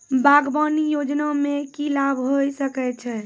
बागवानी योजना मे की लाभ होय सके छै?